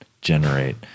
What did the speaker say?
generate